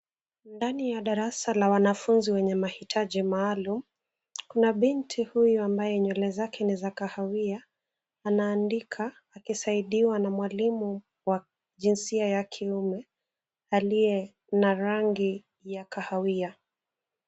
Ndani ya darasa ya wanafunzi wenye mahitaji maalum kuna binti huyu ambaye nywele zake ni za kahawia anaandika akisaidiwa na mwalimu wa jinsia ya kiume aliye na rangi ya kahawia.